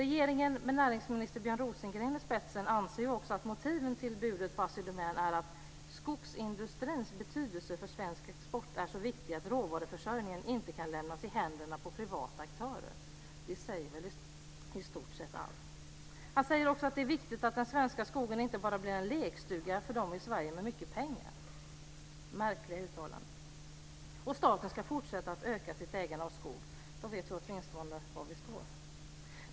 Regeringen, med näringsminister Björn Rosengren i spetsen, anser också att motivet till budet på Assi Domän är att skogsindustrins betydelse för svensk export är så viktig att råvaruförsörjningen inte kan lämnas i händerna på privata aktörer. Det säger väl i stort sett allt? Han säger också att det är viktigt att den svenska skogen inte bara blir en lekstuga för dem i Sverige med mycket pengar. Det är märkliga uttalanden. Och staten ska fortsätta att öka sitt ägande av skog.